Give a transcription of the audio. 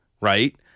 right